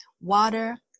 water